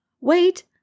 wait